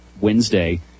Wednesday